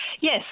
Yes